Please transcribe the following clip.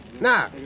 Now